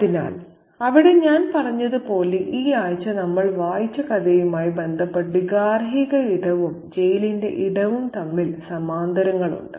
അതിനാൽ അവിടെ ഞാൻ പറഞ്ഞതുപോലെ ഈ ആഴ്ച നമ്മൾ വായിച്ച കഥയുമായി ബന്ധപ്പെട്ട് ഗാർഹിക ഇടവും ജയിലിന്റെ ഇടവും തമ്മിൽ സമാന്തരങ്ങളുണ്ട്